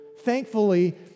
Thankfully